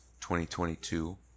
2022